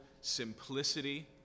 simplicity